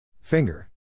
Finger